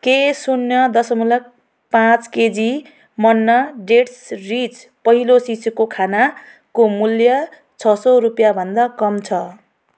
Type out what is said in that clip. के शून्य दशमलव पाँच केजी मन्ना डेट्स रिच पहिलो शिशुको खानाको मूल्य छ सौ रुपियाँभन्दा कम छ